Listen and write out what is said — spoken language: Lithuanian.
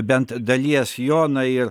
bent dalies jo na ir